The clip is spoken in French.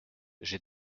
j’ai